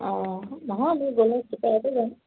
অঁ নহয় মই গ'লে চুপাৰতে যাম